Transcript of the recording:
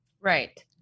Right